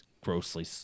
grossly